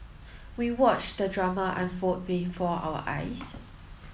we watched the drama unfold before our eyes